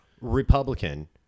Republican